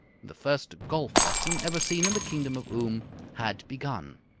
the first golf lesson ever seen in the kingdom of oom had begun.